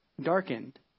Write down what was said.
darkened